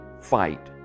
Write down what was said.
fight